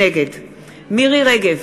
נגד מירי רגב,